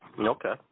Okay